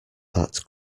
that